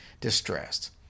distressed